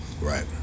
Right